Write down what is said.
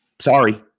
Sorry